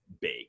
big